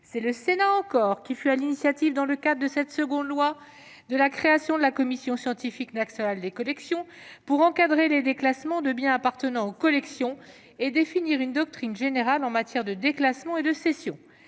C'est le Sénat encore qui fut à l'initiative, dans le cadre de cette seconde loi, de la création de la Commission scientifique nationale des collections, pour encadrer les déclassements de biens appartenant aux collections et pour définir une doctrine générale en matière de déclassement et de cession.